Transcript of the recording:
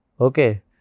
Okay